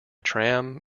tram